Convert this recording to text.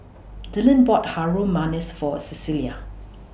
Dyllan bought Harum Manis For Cecilia